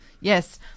yes